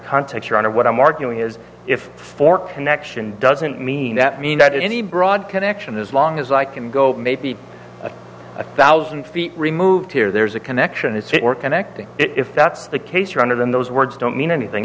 context or out of what i'm arguing is if for connection doesn't mean that mean that any broad connection as long as i can go maybe a thousand feet removed here there's a connection it's more connecting if that's the case rather than those words don't mean anything